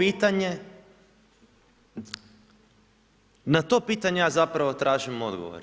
I na to pitanje ja zapravo tražim odgovor.